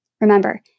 Remember